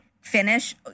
finish